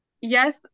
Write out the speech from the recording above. yes